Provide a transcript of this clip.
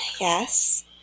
Yes